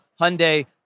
Hyundai